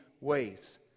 ways